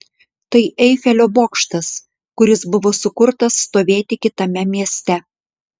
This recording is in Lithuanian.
tai eifelio bokštas kuris buvo sukurtas stovėti kitame mieste